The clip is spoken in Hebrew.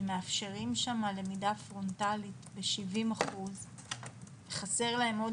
שמאפשרים שם למידה פרונטלית ב-70% חסר להם עוד